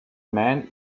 man